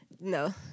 No